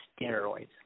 steroids